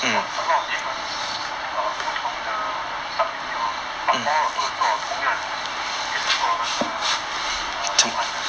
orh a lot of difference err 不同的 sub unit hor but also 做同样的东西也是做那个 err 图案的